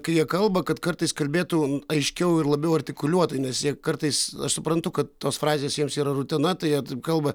kai jie kalba kad kartais kalbėtų aiškiau ir labiau artikuliuotai nes jie kartais aš suprantu kad tos frazės jiems yra rutina tai jie kalba